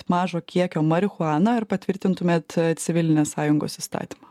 mažo kiekio marihuaną ar patvirtintumėt civilinės sąjungos įstatymą